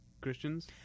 Christians